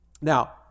Now